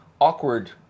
awkward